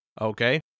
okay